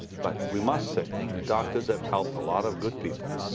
but we must say, doctors have helped a lot of good people.